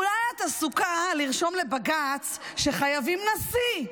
אולי את עסוקה לרשום לבג"ץ שחייבים נשיא?